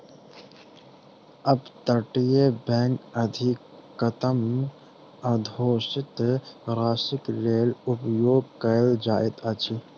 up तटीय bank अधिकतम अघोषित राशिक लेल उपयोग कयल जाइत अछि